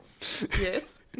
Yes